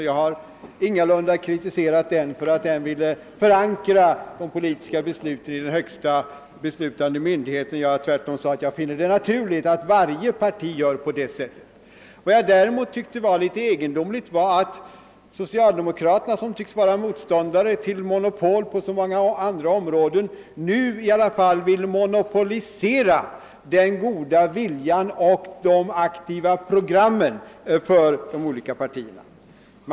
Jag har ingalunda kritiserat socialdemokraterna för att de ville förankra de politiska besluten i den högsta beslutande myndigheten — jag sade tvärtom att jag finner det naturligt att varje parti gör på det sättet. Däremot finner jag det något egendomligt att socialdemokraterna, som tycks vara motståndare till monopol på så många andra områden, vill monopolisera den goda viljan och de aktiva programmen för sitt eget parti.